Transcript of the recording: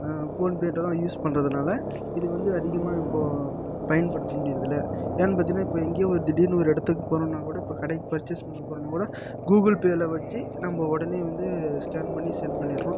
ஃபோன்பேட்டை தான் யூஸ் பண்ணுறதுனால இது வந்து அதிகமாக இப்போது பயன்படுத்த முடிகிறதில்ல ஏன்னெனு பார்த்திங்கன்னா இப்போது எங்கேயோ திடீரெனு ஒரு இடத்துக்கு போகிறோன்னா கூட இப்போ கடைக்கு பர்ச்சேஸ் பண்ண போகிறோன்னா கூட கூகுள்பேயில் வச்சு நம்ம உடனே வந்து ஸ்கேன் பண்ணி சென்ட் பண்ணிகிறோம்